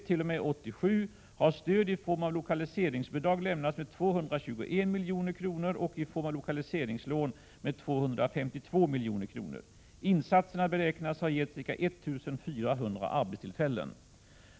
1987 har stöd i form av lokaliseringsbidrag lämnats med 221 milj.kr. och i form av lokaliseringslån med 252 milj.kr. Insatserna beräknas ha gett ca 1 400 arbetstillfällen.